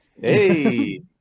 Hey